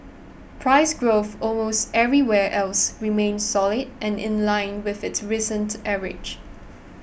price growth almost everywhere else remained solid and in line with its recent average